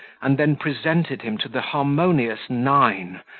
and then presented him to the harmonious nine,